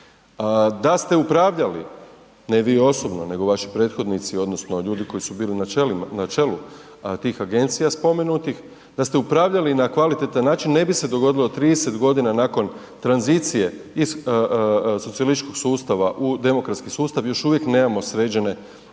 Da ste upravljali, ne vi osobno nego vaši prethodnici odnosno ljudi koji su bili na čelu tih agencija spomenutih, da ste upravljali na kvalitetan način, ne bi se dogodilo 30.g. nakon tranzicije iz socijalističkog sustava u demokratski sustav još uvijek nemamo sređene odnose,